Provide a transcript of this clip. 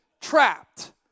trapped